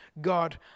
God